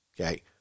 okay